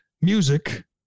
music